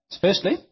Firstly